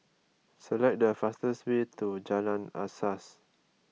select the fastest way to Jalan Asas